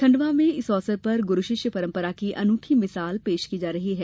खंडवा में इस अवसर पर गुरू शिष्य पंरपरा की अनुठी मिशाल पेश की जा रही हैं